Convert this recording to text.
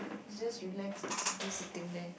he's just relaxed he's just sitting there